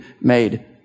made